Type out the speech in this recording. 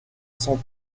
sans